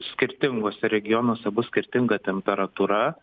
skirtinguose regionuose bus skirtinga temperatūra